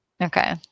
okay